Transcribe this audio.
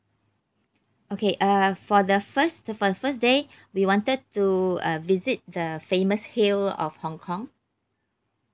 okay uh for the first for the first day we wanted to uh visit the famous hill of hong kong